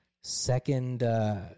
second